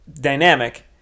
dynamic